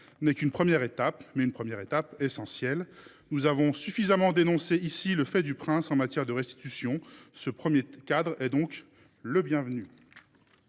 n’est qu’une première étape, mais c’est une première étape essentielle. Nous avons suffisamment dénoncé, ici, le fait du prince en matière de restitutions ; ce premier cadre est donc le bienvenu.